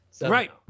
Right